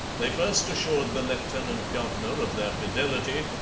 they first assured the lieutenant-governor of their fidelity,